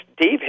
Dave